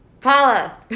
Paula